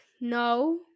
no